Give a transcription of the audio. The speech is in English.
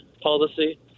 policy